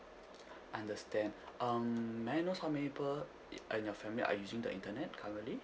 understand um may I knows how many people uh in your family are using the internet currently